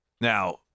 Now